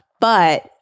But-